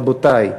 רבותי,